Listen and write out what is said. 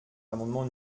l’amendement